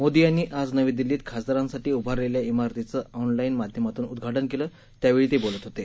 मोदी यांनी आज नवी दिल्लीत खासदारांसाठी उभारलेल्या शिरतींचं ऑनलाईन माध्यमातून उद्वाटन केलं त्यावेळी ते बोलत होते